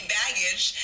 baggage